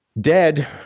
dead